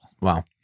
Wow